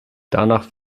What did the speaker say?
danach